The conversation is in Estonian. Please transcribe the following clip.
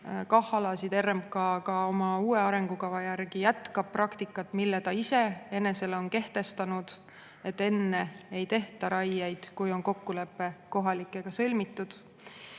KAH-alasid, siis RMK ka oma uue arengukava järgi jätkab praktikat, mille ta iseenesele on kehtestanud, et raieid ei tehta enne, kui on kokkulepe kohalikega sõlmitud. Kindlasti